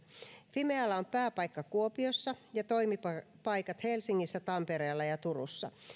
fimealla on pääpaikka kuopiossa ja toimipaikat helsingissä tampereella ja turussa